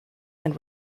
and